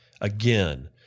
Again